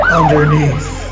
underneath